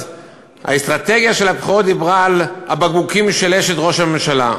אז האסטרטגיה של הבחירות דיברה על הבקבוקים של אשת ראש הממשלה.